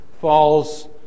falls